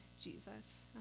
Jesus